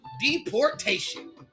deportation